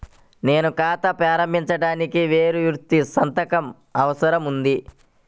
నేను ఖాతా ప్రారంభించటానికి వేరే వ్యక్తి సంతకం అవసరం ఉందా?